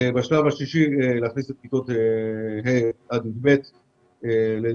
בשלב השישי נכניס את כיתות ה'-י"ב ללימודים.